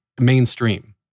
mainstream